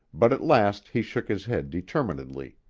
but at last he shook his head determinedly.